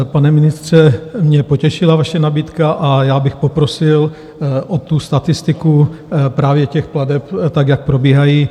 Pane ministře, mě potěšila vaše nabídka a já bych poprosil o tu statistiku právě těch plateb, jak probíhají.